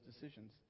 decisions